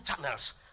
channels